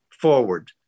forward